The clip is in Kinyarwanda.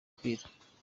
kwira